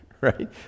Right